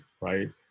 right